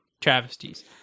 travesties